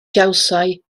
gawsai